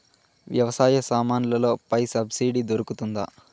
వ్యవసాయ సామాన్లలో పై సబ్సిడి దొరుకుతుందా?